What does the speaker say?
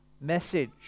message